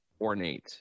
ornate